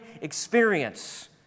experience